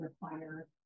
require